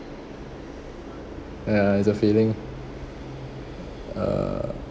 ya it's a feeling uh